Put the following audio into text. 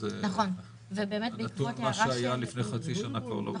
אז מה שהיה לפני חצי שנה כבר לא מעניין.